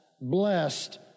blessed